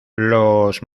los